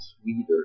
sweeter